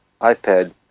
ipad